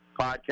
podcast